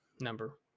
number